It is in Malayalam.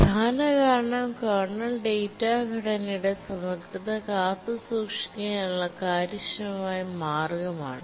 പ്രധാന കാരണം കേർണൽ ഡാറ്റാ ഘടനയുടെ സമഗ്രത കാത്തുസൂക്ഷിക്കാനുള്ള കാര്യക്ഷമമായ മാർഗമാണ്